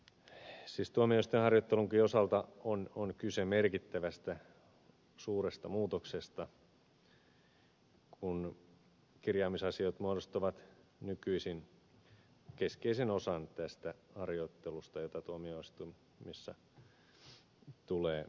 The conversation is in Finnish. siis tuomioistuinharjoittelunkin osalta on kyse merkittävästä suuresta muutoksesta kun kirjaamisasiat muodostavat harjoittelussa nykyisin keskeisen osan siitä mitä tuomioistuimissa tulee nuorten tuomarikokelaiden eteen